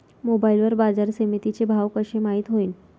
Mobile वर बाजारसमिती चे भाव कशे माईत होईन?